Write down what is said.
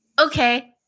okay